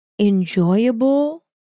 enjoyable